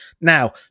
Now